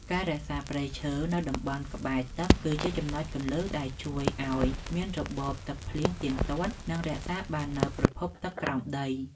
ការរក្សាព្រៃឈើនៅតំបន់ក្បែរទឹកគឺជាចំណុចគន្លឹះដែលជួយឱ្យមានរបបទឹកភ្លៀងទៀងទាត់ និងរក្សាបាននូវប្រភពទឹកក្រោមដី។